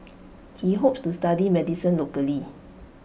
he hopes to study medicine locally